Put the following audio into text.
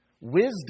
Wisdom